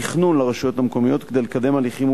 תכנון לרשויות המקומיות כדי לקדם הליכים